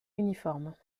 uniforme